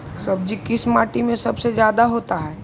सब्जी किस माटी में सबसे ज्यादा होता है?